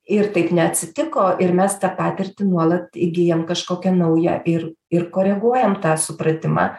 ir taip neatsitiko ir mes tą patirtį nuolat įgijam kažkokią naują ir ir koreguojam tą supratimą